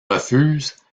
refuse